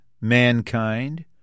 mankind